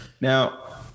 Now